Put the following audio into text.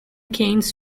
cannes